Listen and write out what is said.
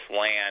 land